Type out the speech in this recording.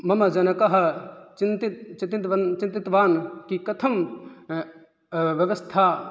मम जनकः चिन्तितवान् कि कथं व्यवस्था